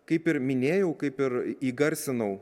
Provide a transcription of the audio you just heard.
kaip ir minėjau kaip ir įgarsinau